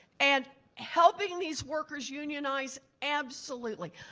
and helping these workers unionize, absolutely.